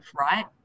right